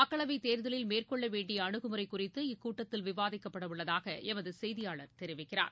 மக்களவை தேர்தலில் மேற்கொள்ளவேண்டிய அனுகுமுறை குறித்து இக்கூட்டத்தில் விவாதிக்கப்பட உள்ளதாக எமது செய்தியாளர் தெரிவிக்கிறார்